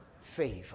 favor